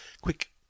quick